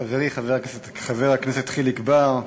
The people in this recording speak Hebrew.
חברי חבר הכנסת חיליק בר,